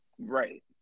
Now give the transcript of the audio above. right